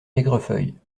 aigrefeuille